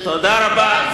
תודה רבה.